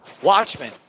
Watchmen